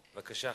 זחאלקה.